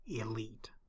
elite